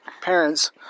parents